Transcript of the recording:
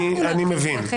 אני מבין.